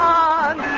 on